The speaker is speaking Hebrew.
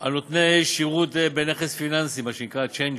על נותני שירות בנכס פיננסי, מה שנקרא "צ'יינג'ים"